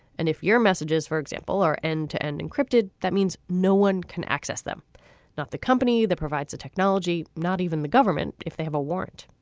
and if your messages for example are end to end encrypted that means no one can access them not the company that provides the technology not even the government if they have a warrant.